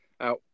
out